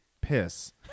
piss